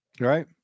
right